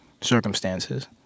circumstances